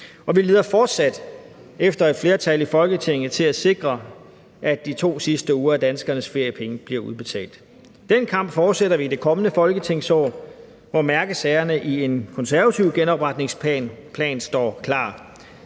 vi leder fortsat efter et flertal i Folketinget til at sikre, at de 2 sidste uger af danskernes feriepenge bliver udbetalt. Den kamp fortsætter vi i det kommende folketingsår, hvor mærkesagerne i en konservativ genopretningsplan står klar: